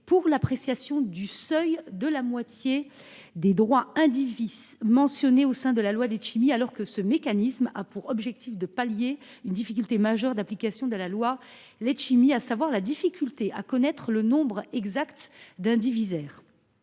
pour l’appréciation du seuil de la moitié des droits indivis mentionné dans la loi Letchimy, alors que ce mécanisme a pour objet de pallier une difficulté majeure d’application de ladite loi, à savoir la difficulté à connaître le nombre exact d’indivisaires.